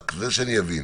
רק כדי שאני אבין.